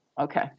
Okay